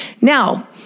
Now